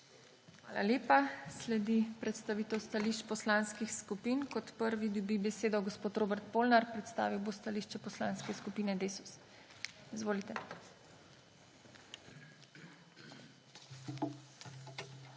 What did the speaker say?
Hvala lepa. Sledi predstavitev stališč poslanskih skupin. Kot prvi dobi besedo gospod Robert Polnar. Predstavil bo stališče Poslanske skupine Desus. Izvolite. ROBERT